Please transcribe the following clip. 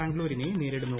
ബാംഗ്ലൂരിനെ നേരിടുന്നു